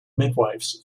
midwifes